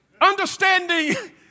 Understanding